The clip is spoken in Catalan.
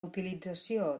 utilització